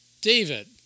David